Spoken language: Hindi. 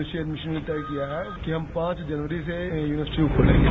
इसलिए हमने तय किया है कि हम पांच जनवरी से यूनिवर्सिटी खोलेंगे